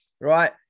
right